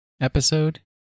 episode